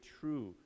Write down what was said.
true